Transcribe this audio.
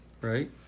Right